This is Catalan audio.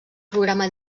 programa